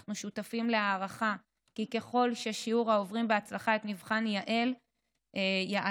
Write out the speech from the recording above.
שאנחנו שותפים להערכה כי ככל ששיעור העוברים בהצלחה את מבחן יע"ל יעלה,